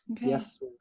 yes